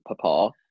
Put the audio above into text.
papa